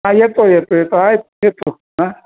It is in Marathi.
हा येतो येतो येतो आ येतो हा